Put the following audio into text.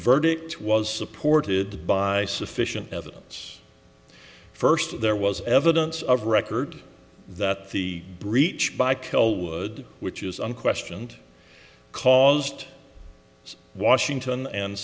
verdict was supported by sufficient evidence first there was evidence of record that the breach by kill would which is unquestioned caused washington and